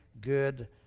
good